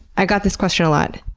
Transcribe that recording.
i got this question a lot.